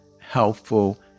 helpful